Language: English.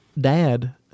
Dad